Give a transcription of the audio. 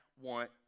want